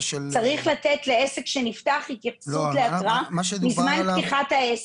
צריך לתת לעסק שנפתח התייחסות להתראה מזמן פתיחת העסק.